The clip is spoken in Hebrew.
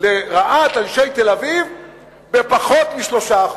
לרעת אנשי תל אביב של פחות מ-3%.